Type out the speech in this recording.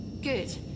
good